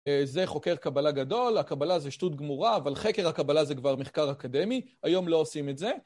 זה חוקר קבלה גדול, הקבלה זה שטות גמורה, אבל חקר הקבלה זה כבר מחקר אקדמי, היום לא עושים את זה.